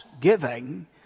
giving